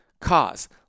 cause